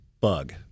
bug